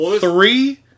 Three